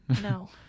No